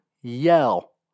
yell